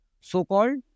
so-called